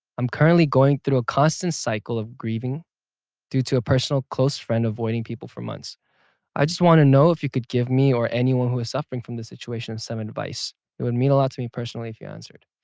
i'm currently going through a constant cycle of grieving due to a personal close friend avoiding people for months i just want to know if you could give me or anyone who is suffering from the situation some advice. it would mean a lot to me personally if you answered.